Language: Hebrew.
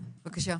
בבקשה.